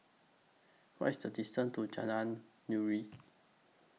What IS The distance to Jalan Nuri